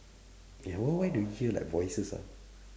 ya why why do you hear like voices ah